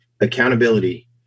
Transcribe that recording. accountability